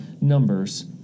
numbers